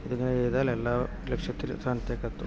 പിന്നെ ഇതേപോലെ ലക്ഷ്യത്തിൽ സ്ഥാനത്തിലേക്കെത്തും